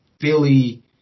Philly